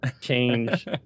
Change